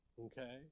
Okay